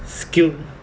skill